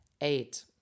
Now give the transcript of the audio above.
Eight